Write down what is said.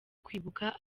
kwibuka